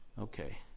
Okay